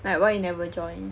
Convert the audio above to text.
like why you never join